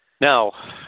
Now